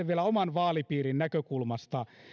vielä oman vaalipiirini näkökulmasta